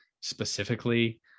specifically